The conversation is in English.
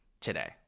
today